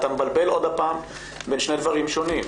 אתה מבלבל עוד הפעם בין שני דברים שונים.